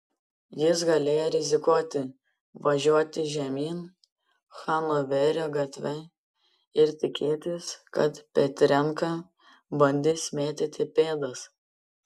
jis galėjo rizikuoti važiuoti žemyn hanoverio gatve ir tikėtis kad petrenka bandys mėtyti pėdas